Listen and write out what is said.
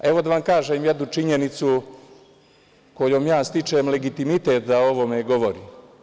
Evo, da vam kažem jednu činjenicu kojom ja stičem legitimitet da o ovome govorim.